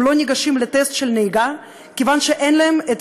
הם לא ניגשים לטסט בנהיגה מכיוון שאין להם את